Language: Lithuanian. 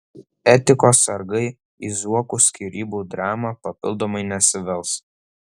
etikos sargai į zuokų skyrybų dramą papildomai nesivels